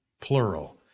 plural